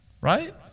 Right